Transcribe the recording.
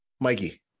Mikey